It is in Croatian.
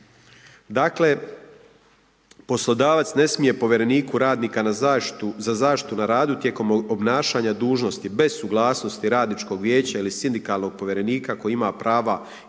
Dakle, poslodavac ne smije povjereniku za zaštitu na radu tijekom obnašanja dužnosti bez suglasnosti Radničkog vijeća ili sindikalnog povjerenika koji ima prava i